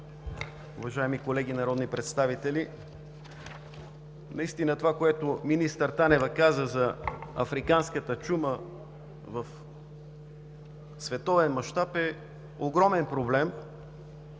уважаеми колеги народни представители! Това, което министър Танева каза за африканската чума, в световен мащаб е огромен проблем.